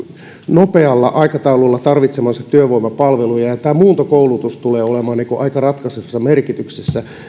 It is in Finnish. nopealla aikataululla tarvitsemiansa työvoimapalveluja ja tämä muuntokoulutus tulee olemaan aika ratkaisevassa merkityksessä